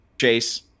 chase